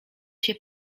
się